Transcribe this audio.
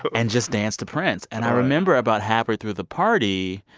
but and just dance to prince. and i remember about halfway through the party,